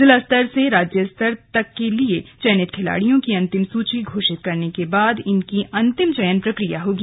जिला स्तर से राज्य स्तर के लिए चयनित खिलाड़ियों की अंतिम सूची घोषित करने के बाद इनकी अंतिम चयन प्रक्रिया होगी